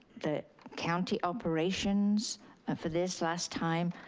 the county operations and for this last time.